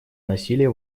насилия